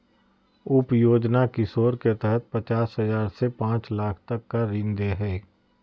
उप योजना किशोर के तहत पचास हजार से पांच लाख तक का ऋण दे हइ